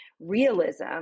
realism